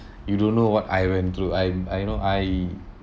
you don't know what I went through I I you know I